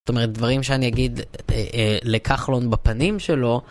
זאת אומרת דברים שאני אגיד לכחלון בפנים שלו.